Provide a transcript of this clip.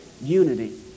unity